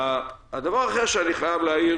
הדבר האחר שאני חייב להעיר